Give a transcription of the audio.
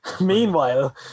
Meanwhile